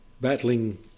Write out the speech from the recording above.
battling